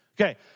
Okay